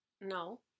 No